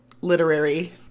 literary